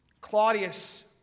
Claudius